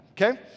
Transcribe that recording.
okay